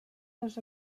les